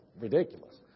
ridiculous